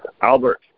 Albert